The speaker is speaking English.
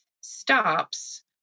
stops